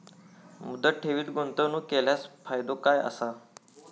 मुदत ठेवीत गुंतवणूक केल्यास फायदो काय आसा?